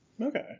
okay